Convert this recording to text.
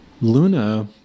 Luna